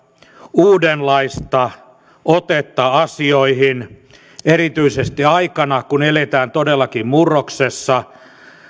uudenlaista otetta asioihin erityisesti aikana kun eletään todellakin murroksessa